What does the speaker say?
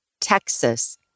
Texas